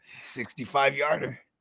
65-yarder